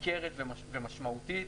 ניכרת ומשמעותית.